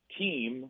team